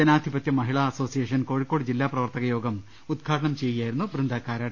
ജനാധിപത്യ മഹിളാ അസോസിയേഷൻ കോഴിക്കോട് ജില്ലാ പ്രവർത്തക യോഗം ഉദ്ഘാ ടനം ചെയ്യുകയായിരുന്നു ബൃന്ദ കാരാട്ട്